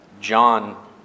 John